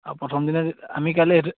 প্ৰথম দিনা আমি কাইলে সেইটো